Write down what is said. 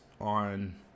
on